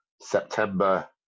September